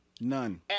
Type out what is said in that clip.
None